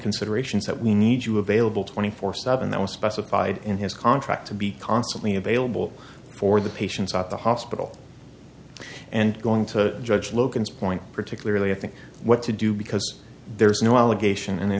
considerations that we need you available twenty four seven that was specified in his contract to be constantly available for the patients at the hospital and going to judge locums point particularly i think what to do because there's no allegation and i